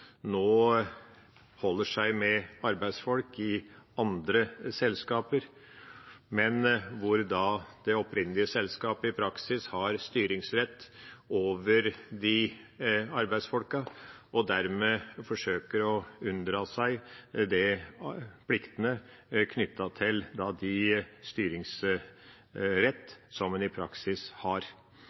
nå holder seg med arbeidsfolk fra andre selskaper, men hvor det opprinnelige selskapet i praksis har styringsrett over de arbeidsfolkene, og dermed forsøker en å unndra seg pliktene knyttet til den styringsretten som en i praksis har.